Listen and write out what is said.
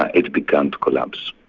ah it began to collapse.